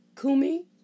Kumi